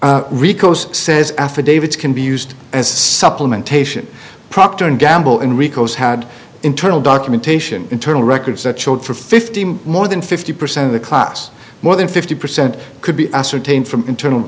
count ricos says affidavits can be used as supplementation proctor and gamble enrico's had internal documentation internal records that showed for fifteen more than fifty percent of the class more than fifty percent could be ascertained from internal